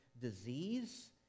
disease